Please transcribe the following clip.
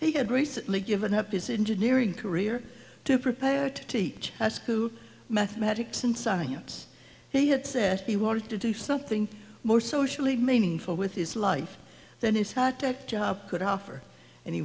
he had recently given up his engineering career to prepare to teach high school mathematics and science he had said he wanted to do something more socially meaningful with his life than his high tech job could offer and he